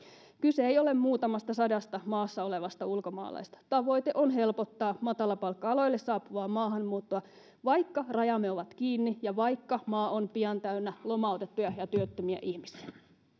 kyse ei ole muutamastasadasta maassa olevasta ulkomaalaisesta tavoite on helpottaa matalapalkka aloille saapuvaa maahanmuuttoa vaikka rajamme ovat kiinni ja vaikka maa on pian täynnä lomautettuja ja työttömiä ihmisiä